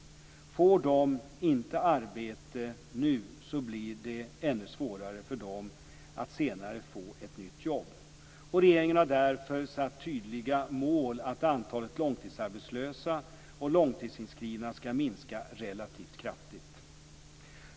Får de inte arbete nu blir det ännu svårare för dem att senare få ett nytt jobb. Regeringen har därför satt tydliga mål, att antalet långtidsarbetslösa och långtidsinskrivna skall minska relativt kraftigt.